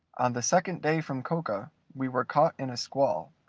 on the second day from coca we were caught in a squall,